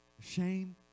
shame